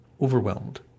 overwhelmed